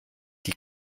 die